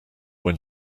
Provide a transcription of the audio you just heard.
when